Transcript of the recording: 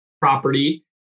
property